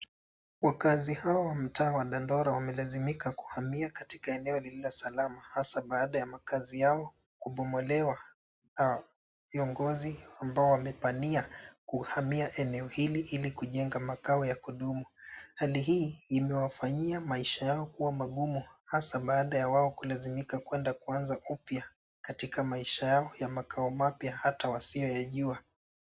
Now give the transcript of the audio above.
Wakazi hao wa mtaa wa Dandora wamelazimika kuhamia katika eneo lililo salama hasa baada ya makazi yao kubomolewa na viongozi ambao wamewania kuhamia eneo hili ili kujenga makao ya kudumu. Hali hii imewafanyia maisha yao kuwa magumu hasa baada ya wao kulilazimika kwenda kuanza upya katika maisha yao ya makao mapya hata wasioyajua.